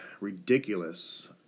ridiculous